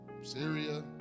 Syria